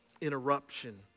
interruption